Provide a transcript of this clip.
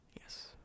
yes